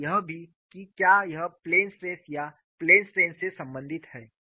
और यह भी कि क्या यह प्लेन स्ट्रेस या प्लेन स्ट्रेन से संबंधित है